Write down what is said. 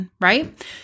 right